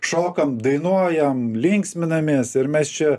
šokam dainuojam linksminamės ir mes čia